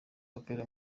akorera